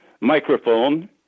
microphone